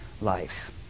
life